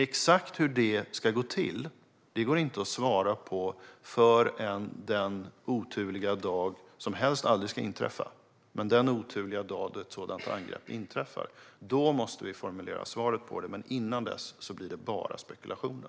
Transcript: Exakt hur detta ska gå till går inte att svara på förrän den oturliga dag - som helst aldrig ska inträffa - ett sådant angrepp inträffar. Då måste vi formulera svaret. Men innan dess blir det bara spekulationer.